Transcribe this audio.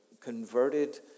converted